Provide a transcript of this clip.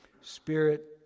Spirit